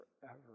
forever